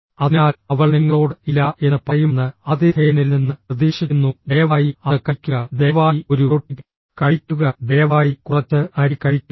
അതിനാൽ അവൾ നിങ്ങളോട് ഇല്ല എന്ന് പറയുമെന്ന് ആതിഥേയനിൽ നിന്ന് പ്രതീക്ഷിക്കുന്നു ദയവായി അത് കഴിക്കുക ദയവായി ഒരു റൊട്ടി കഴിക്കുക ദയവായി കുറച്ച് അരി കഴിക്കുക